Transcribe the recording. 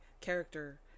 character